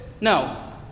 No